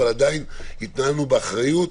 אבל עדיין התנהלנו באחריות,